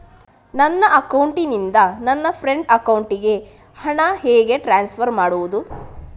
ನನ್ನ ಅಕೌಂಟಿನಿಂದ ನನ್ನ ಫ್ರೆಂಡ್ ಅಕೌಂಟಿಗೆ ಹಣ ಹೇಗೆ ಟ್ರಾನ್ಸ್ಫರ್ ಮಾಡುವುದು?